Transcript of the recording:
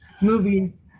movies